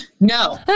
No